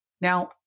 Now